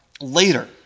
later